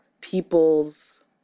people's